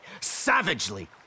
Savagely